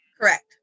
correct